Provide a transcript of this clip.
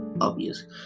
obvious